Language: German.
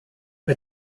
bei